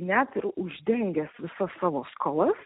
net ir uždengęs visas savo skolas